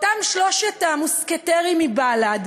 אותם שלושת המוסקטרים מבל"ד,